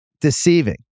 deceiving